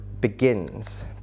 begins